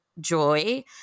joy